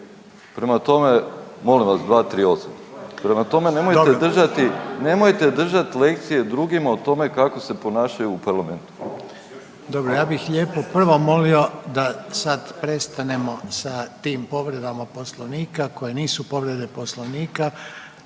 Prema tome, molim vas, 238. Prema tome, nemojte držati lekcije drugima o tome kako se ponašaju u parlamentu. **Reiner, Željko (HDZ)** Dobro, ja bih lijepo prvo molio da sad prestanemo sa tim povredama Poslovnika koje nisu povrede Poslovnika,